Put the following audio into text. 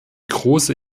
große